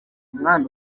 umwana